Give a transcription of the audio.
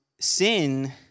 sin